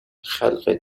خلق